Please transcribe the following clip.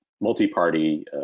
multi-party